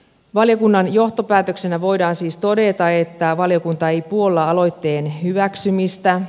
valiokunnan johtopäätöksenä voidaan siis todeta että valiokunta ei puolla aloitteen hyväksymistä